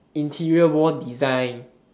interior wall design